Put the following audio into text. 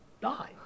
die